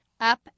Up